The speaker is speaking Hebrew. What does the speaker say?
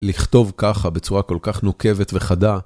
לכתוב ככה בצורה כל-כך נוקבת וחדה.